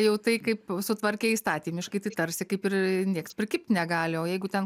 jau tai kaip sutvarkai įstatymiškai tai tarsi kaip ir nieks prikibt negali o jeigu ten